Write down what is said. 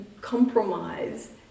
compromise